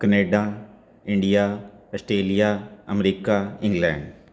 Canada India Australia America England